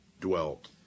dwelt